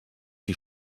die